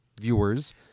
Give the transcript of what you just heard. viewers